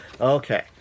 Okay